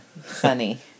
Funny